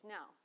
Now